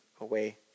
away